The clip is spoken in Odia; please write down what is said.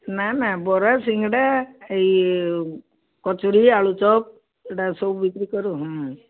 ନା ନା ବରା ସିଙ୍ଗଡ଼ା ଏଇ କଚୁଡ଼ି ଆଳୁଚପ୍ ଏଇଟା ସବୁ ବିକ୍ରି କରୁ